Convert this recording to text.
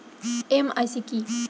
MIS কি?